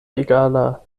egala